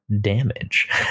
damage